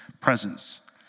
presence